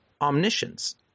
omniscience